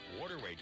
Waterway